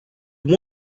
have